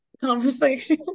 conversation